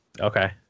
Okay